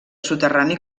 soterrani